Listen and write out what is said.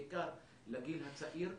בעיקר לגיל הצעיר,